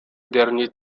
dernier